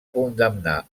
condemnar